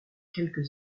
quelques